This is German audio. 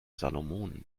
salomonen